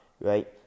right